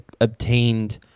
obtained